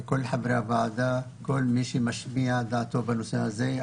חברי הוועדה ולכל מי שמשמיע את דעתו בנושא הזה.